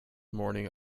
morning